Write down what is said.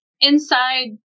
inside